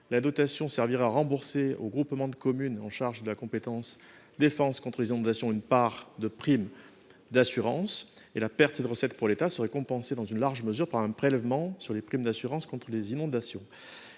La dotation servirait à rembourser au groupement de communes chargé de la compétence « défense contre les inondations » une part de la prime d’assurance. La perte de recettes pour l’État serait compensée dans une large mesure par un prélèvement sur les primes d’assurance contre les inondations.